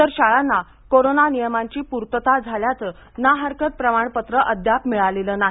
इतर शाळांना कोरोना नियमांची पूर्तता झाल्याचं ना हरकत प्रमाणपत्रच अद्याप मिळालेलं नाही